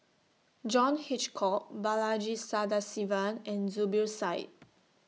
John Hitchcock Balaji Sadasivan and Zubir Said